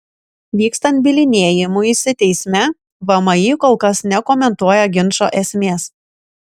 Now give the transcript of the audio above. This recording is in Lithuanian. vykstant bylinėjimuisi teisme vmi kol kas nekomentuoja ginčo esmės